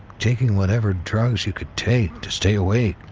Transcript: taking whatever drugs you could take to stay awake.